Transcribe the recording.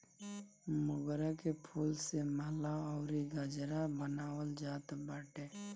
मोगरा के फूल से माला अउरी गजरा बनावल जात बाटे